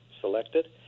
selected